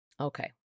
Okay